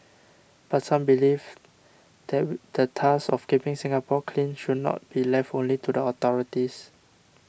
but some believe that the task of keeping Singapore clean should not be left only to the authorities